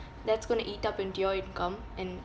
that's going to eat up into your income and